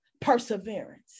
perseverance